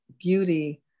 beauty